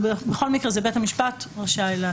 בכל מקרה, בית המשפט רשאי.